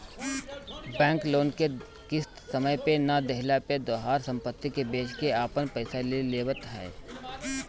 bank loan के किस्त समय पे ना देहला पे तोहार सम्पत्ति के बेच के आपन पईसा ले लेवत ह